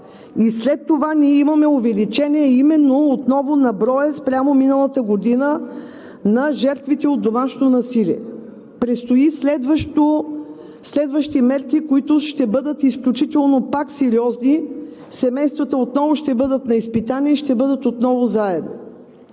След това имаме увеличение именно отново на броя спрямо миналата година на жертвите от домашно насилие. Предстоят следващи мерки, които ще бъдат изключително сериозни – семействата отново ще бъдат на изпитание и ще бъдат отново заедно.